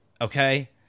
Okay